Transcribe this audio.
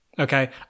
Okay